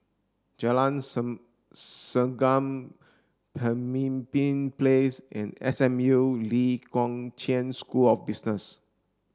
Jalan Segam Pemimpin Place and S M U Lee Kong Chian School of Business